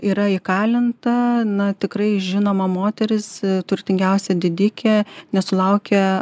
yra įkalinta na tikrai žinoma moteris turtingiausia didikė nesulaukia